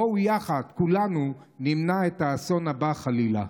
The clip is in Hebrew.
בואו כולנו יחד נמנע את האסון הבא, חלילה.